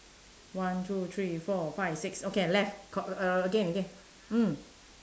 one two three four five six okay left co~ again again mm